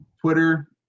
Twitter